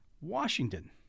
Washington